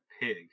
pig